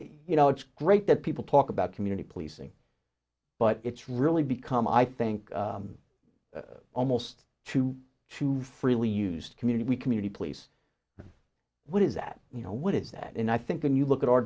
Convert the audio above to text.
you know it's great that people talk about community policing but it's really become i think almost two too freely used community community please what is that you know what is that and i think when you look at our